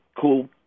cool